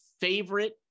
favorite